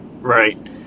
Right